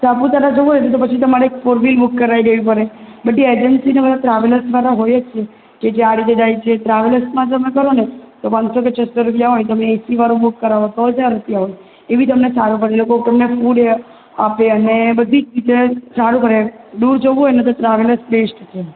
સાપુતારા જવું હોયને તો પછી તમારે ફોર વ્હીલ બુક કરાવી દેવી પડે બધી એજન્સીને બધા ટ્રાવેલ્સવાળા હોય જ છે કે જે આ રીતે જાય જ છે ટ્રાવેલ્સમાં તમે કરો ને તો પાંચસો કે છસ્સો રૂપિયા હોય તમે એસીવાળું બુક કરાવો તો હજાર રૂપિયા હોય એ બી તમને સારું પડે એ લોકો તમને ફૂડે આપે અને બધી ચીજે સારું રહે દૂર જવું હોય ને તો ટ્રાવેલ જ બેસ્ટ છે એમ